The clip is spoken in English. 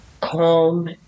calm